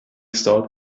start